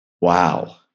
Wow